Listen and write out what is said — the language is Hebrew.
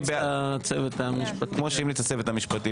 כמו שהמליץ הצוות המשפטי.